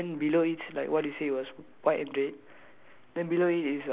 my cafe is yellow but then below it's like what it say it was white and red